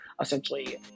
essentially